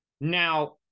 Now